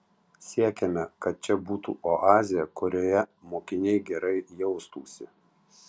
siekiame kad čia būtų oazė kurioje mokiniai gerai jaustųsi